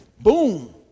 Boom